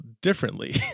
differently